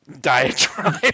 diatribe